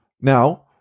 Now